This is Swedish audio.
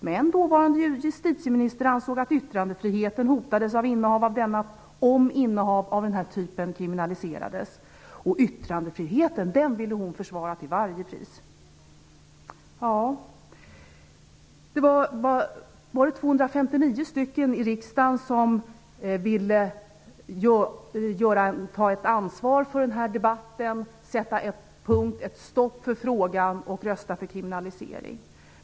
Men dåvarande justitieministern ansåg att yttrandefriheten hotades om innehav av den här typen kriminaliserades, och yttrandefriheten ville hon försvara till varje pris. Jag tror att det var 259 ledamöter i riksdagen som ville ta ett ansvar för denna debatt, sätta stopp för frågan och rösta för kriminalisering.